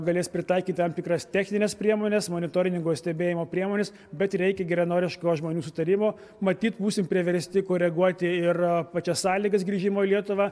galės pritaikyt tam tikras technines priemones monitoriningo stebėjimo priemones bet reikia geranoriško žmonių sutarimo matyt būsim priversti koreguoti ir pačias sąlygas grįžimo į lietuvą